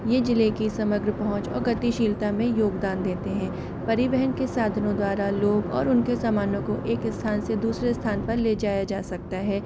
ये जिले की समग्र पहुँच और गतिशीलता में योगदान देते हैं परिवहन के साधनों द्वारा लोग और उनके सामानों को एक स्थान से दूसरे स्थान पे ले जाया जा सकता है